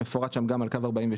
מפורט שם גם על קו 42,